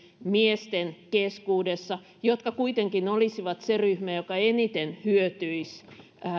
miesten keskuudessa jotka kuitenkin olisivat se ryhmä joka eniten hyötyisi